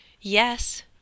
Yes